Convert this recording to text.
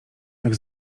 jak